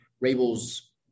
Rabel's